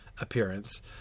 appearance